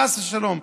חס ושלום,